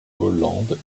hollande